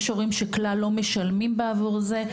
יש הורים שכלל לא משלמים בעבור זה.